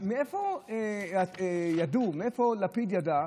מאיפה לפיד ידע,